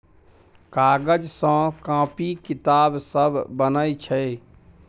कागज सँ कांपी किताब सब बनै छै